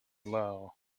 low